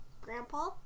Grandpa